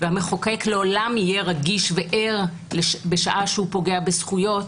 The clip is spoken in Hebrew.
והמחוקק לעולם יהיה רגיש וער בשעה שפוגע בזכויות,